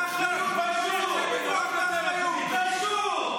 לא מתביישים --- תתביישו.